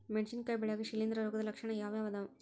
ಮೆಣಸಿನಕಾಯಿ ಬೆಳ್ಯಾಗ್ ಶಿಲೇಂಧ್ರ ರೋಗದ ಲಕ್ಷಣ ಯಾವ್ಯಾವ್ ಅದಾವ್?